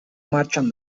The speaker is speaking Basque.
martxan